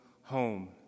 home